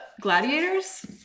gladiators